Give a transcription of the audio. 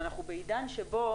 ואנחנו בעידן שבו